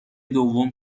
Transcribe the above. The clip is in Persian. دوم